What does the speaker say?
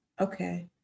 Okay